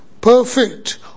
perfect